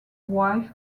wife